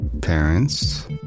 Parents